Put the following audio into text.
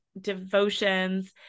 devotions